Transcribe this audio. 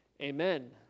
amen